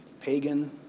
pagan